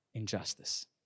injustice